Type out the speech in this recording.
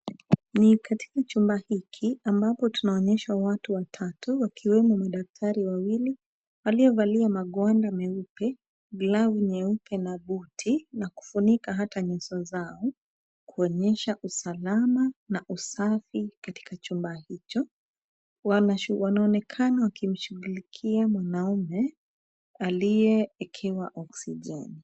Ni katika chumba hiki ambapo tunaonyeshwa watu watatu wakiwemo madaktari wawili waliovalia magwanda meupe, glavu nyeupe na buti na kufunika hata nyuso zao kuonyesha usalama na usafi katika chumba hicho. Wanaonekana wakimshughulikia mwanaume aliyeekewa oxigeni.